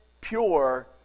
pure